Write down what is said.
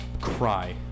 cry